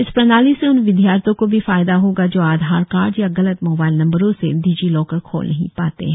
इस प्रणाली से उन विद्यार्थियों को भी फायदा होगा जो आधार कार्ड या गलत मोबाइल नंबरों से डिजी लॉकर खोल नहीं पाते हैं